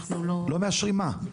אנחנו לא --- לא מאשרים מה?